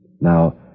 Now